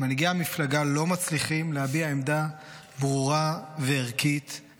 מנהיגי המפלגה לא מצליחים להביע עמדה ברורה וערכית,